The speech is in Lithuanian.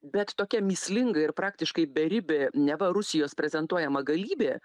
bet tokia mįslinga ir praktiškai beribė neva rusijos prezentuojama galybė